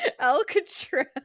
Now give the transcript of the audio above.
Alcatraz